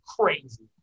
Crazy